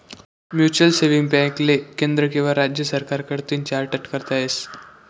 mutual saving बॅकले केंद्र किंवा राज्य सरकार कडतीन चार्टट करता येस